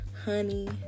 honey